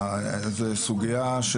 זו הסיבה שהם לא כאן בדיון.